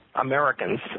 Americans